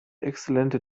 exzellente